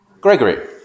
Gregory